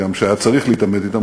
וגם כשהיה צריך להתעמת אתם,